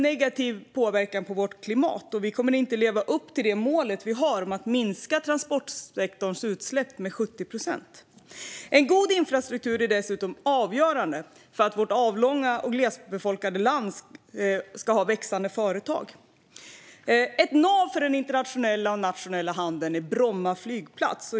Detta påverkar vårt klimat negativt, och vi kommer inte att kunna leva upp till målet om att minska transportsektorns utsläpp med 70 procent. En god infrastruktur är dessutom avgörande för att vårt avlånga och glesbefolkade land ska ha växande företag. Ett nav för den internationella och nationella handeln är Bromma flygplats.